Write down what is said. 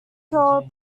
curl